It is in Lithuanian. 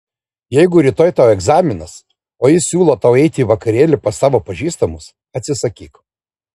jeigu rytoj tau egzaminas o jis siūlo tau eiti į vakarėlį pas savo pažįstamus atsisakyk